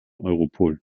europol